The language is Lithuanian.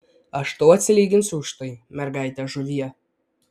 aš tau atsilyginsiu už tai mergaite žuvie